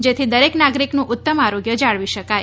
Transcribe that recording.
જેથી દરેક નાગરિકનું ઉત્તમ આરોગ્ય જાળવી શકાય